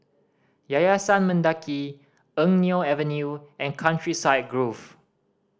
Yayasan Mendaki Eng Neo Avenue and Countryside Grove